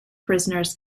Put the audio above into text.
prisoners